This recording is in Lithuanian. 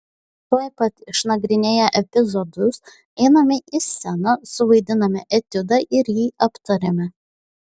tuoj pat išnagrinėję epizodus einame į sceną suvaidiname etiudą ir jį aptariame